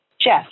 Jeff